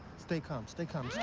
stay calm, stay calm.